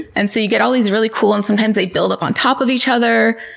and so you get all these really cool, and sometimes they build up on top of each other.